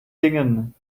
dingen